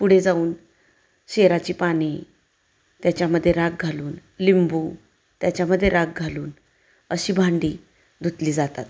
पुढे जाऊन शेराची पाने त्याच्यामध्ये राख घालून लिंबू त्याच्यामध्ये राख घालून अशी भांडी धुतली जातात